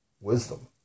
Wisdom